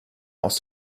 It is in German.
aus